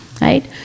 Right